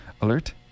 alert